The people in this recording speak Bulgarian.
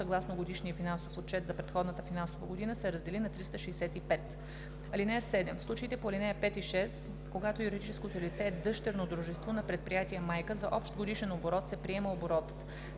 съгласно годишния финансов отчет за предходната финансова година се раздели на 365. (7) В случаите по ал. 5 и 6, когато юридическото лице е дъщерно дружество на предприятие майка, за общ годишен оборот се приема оборотът